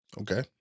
Okay